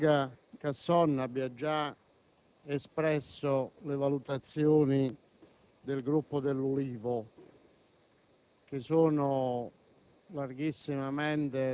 Presidente, credo che il collega Casson abbia già espresso le valutazioni del Gruppo dell'Ulivo,